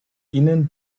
ihnen